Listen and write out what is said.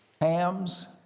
hams